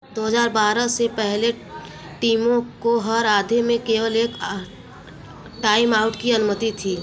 दो हज़ार बारह से पहले टीमों को हर आधे में केवल एक टाइमआउट की अनुमति थी